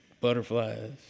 butterflies